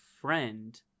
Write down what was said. friend